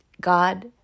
God